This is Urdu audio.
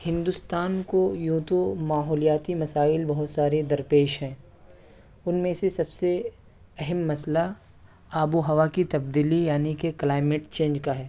ہندوستان کو یوں تو ماحولیاتی مسائل بہت سارے درپیش ہیں ان میں سے سب سے اہم مسئلہ آب و ہوا کی تبدیلی یعنی کہ کلائمیٹ چینج کا ہے